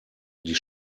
die